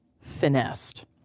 finessed